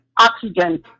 oxygen